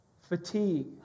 Fatigue